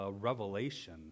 revelation